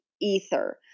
ether